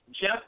Jeff